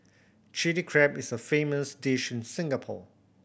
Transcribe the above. Chilli Crab is a famous dish in Singapore